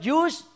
use